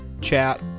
chat